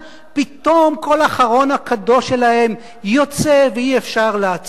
פתאום כל החרון הקדוש שלהם יוצא ואי-אפשר לעצור אותו.